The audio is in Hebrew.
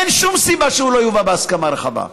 אין שום סיבה שהוא לא יובא בהסכמה רחבה,